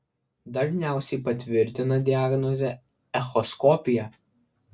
dažniausiai patvirtina diagnozę echoskopija